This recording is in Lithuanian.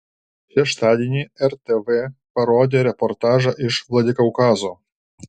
šeštadienį rtv parodė reportažą iš vladikaukazo